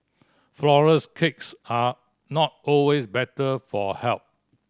flourless cakes are not always better for health